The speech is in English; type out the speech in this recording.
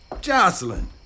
Jocelyn